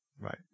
Right